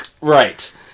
Right